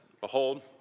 behold